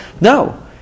No